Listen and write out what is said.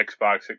Xbox